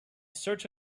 search